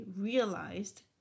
realized